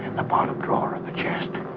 the bottom drawer in the chest